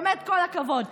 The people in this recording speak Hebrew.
באמת, כל הכבוד.